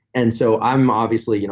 and so, i'm obviously, you know